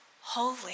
holy